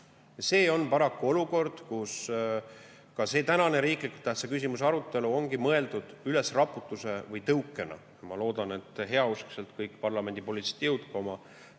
Meil on paraku olukord, kus see tänane olulise tähtsusega riikliku küsimuse arutelu ongi mõeldud ülesraputuse või tõukena. Ma loodan, et heauskselt kõik parlamendi poliitilised jõud oma